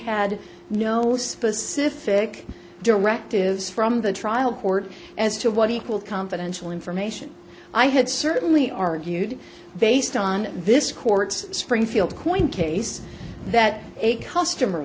had no specific directives from the trial court as to what equal confidential information i had certainly argued based on this court's springfield coin case that a customer